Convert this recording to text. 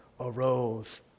arose